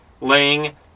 laying